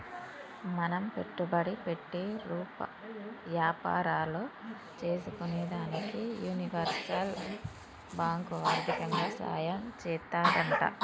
మనం పెట్టుబడి పెట్టి యాపారాలు సేసుకునేదానికి యూనివర్సల్ బాంకు ఆర్దికంగా సాయం చేత్తాదంట